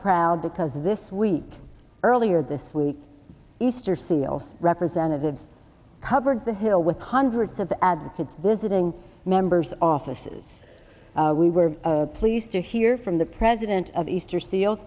proud because this week earlier this week easter seals representatives covered the hill with hundreds of advocates visiting members offices we were pleased to hear from the president of easter seal